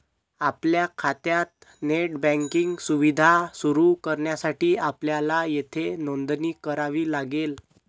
आपल्या खात्यात net banking सुविधा सुरू करण्यासाठी आपल्याला येथे नोंदणी करावी लागेल